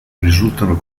risultano